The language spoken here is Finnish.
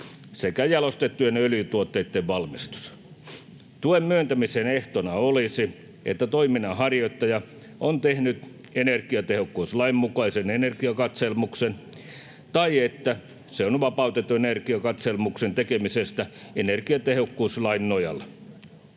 sekä jalostettujen öljytuotteitten valmistus. Tuen myöntämisen ehtona olisi, että toiminnanharjoittaja on tehnyt energiatehokkuuslain mukaisen energiakatselmuksen tai että se on vapautettu ener- giakatselmuksen tekemisestä energiatehokkuuslain nojalla.